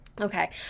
okay